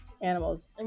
animals